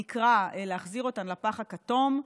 נקרא להחזיר אותם לפח הכתום.